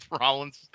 Rollins